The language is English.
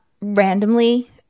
randomly